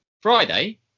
Friday